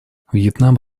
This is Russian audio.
вьетнам